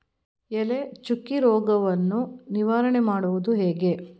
ಎಲೆ ಚುಕ್ಕಿ ರೋಗವನ್ನು ನಿವಾರಣೆ ಮಾಡುವುದು ಹೇಗೆ?